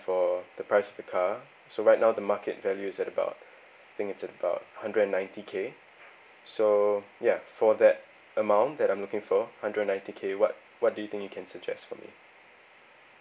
for the price of the car so right now the market value is at about I think it's at about hundred and ninety K so ya for that amount that I'm looking for hundred and ninety K what what do you think you can suggest for me